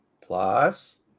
plus